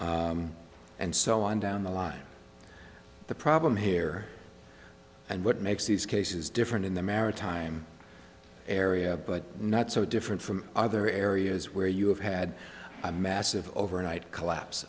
and so on down the line the problem here and what makes these cases different in the maritime area but not so different from other areas where you have had a massive overnight collapse